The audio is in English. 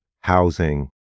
housing